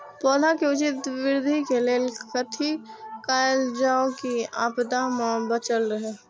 पौधा के उचित वृद्धि के लेल कथि कायल जाओ की आपदा में बचल रहे?